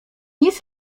nic